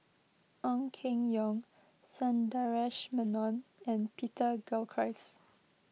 Ong Keng Yong Sundaresh Menon and Peter Gilchrist